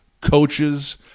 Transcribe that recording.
coaches